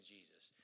Jesus